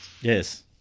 Yes